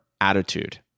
attitude